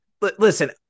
listen